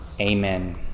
Amen